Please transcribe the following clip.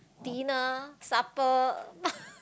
dinner supper